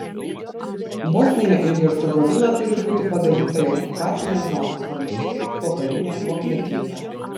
bosnija ir hercegovina turi būti padalinta į okupacines zonas panašiai kaip pokarinė vokietija